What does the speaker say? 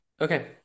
okay